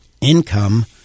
income